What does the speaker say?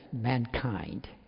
mankind